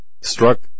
Struck